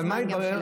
אבל מה התברר?